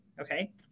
okay